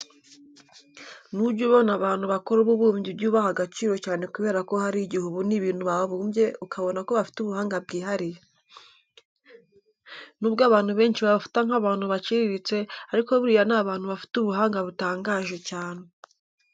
Nujya ubona abantu bakora ububumbyi ujye ubaha agaciro cyane kubera ko hari igihe ubona ibintu babumbye ukabona ko bafite ubuhanga bwihariye. Nubwo abantu benshi babafata nk'abantu baciriritse ariko buriya ni abantu bafite ubuhanga butangaje cyane.